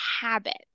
habit